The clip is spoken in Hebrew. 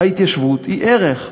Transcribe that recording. ההתיישבות היא ערך,